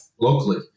locally